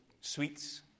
sweets